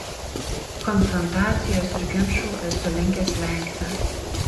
konfrontacijos ir ginčų esu linkęs vengti